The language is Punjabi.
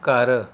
ਘਰ